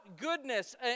goodness